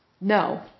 No